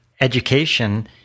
education